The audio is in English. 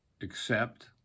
accept